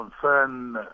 concern